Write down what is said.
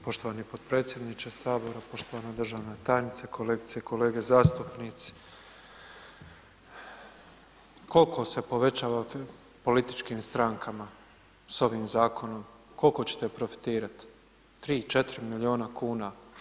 Poštovani potpredsjedniče HS, poštovana državna tajnice, kolegice i kolege zastupnici, koliko se povećava političkim strankama s ovim zakonom, koliko ćete profitirati, 3, 4 milijuna kuna?